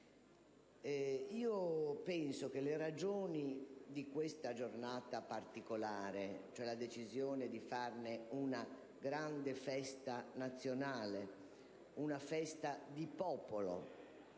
Ritengo che questa giornata particolare e la decisione di farne una grande festa nazionale, una festa di popolo